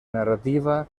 narrativa